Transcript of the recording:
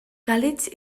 càlids